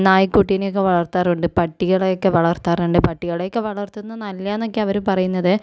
നായ്ക്കുട്ടീനൊക്കെ വളർത്താറുണ്ട് പട്ടികളെ ഒക്കെ വളർത്താറിണ്ട് പട്ടികളെ ഒക്കെ വളർത്തുന്ന നല്ലയാന്നൊക്കെയാ അവര് പറയുന്നത്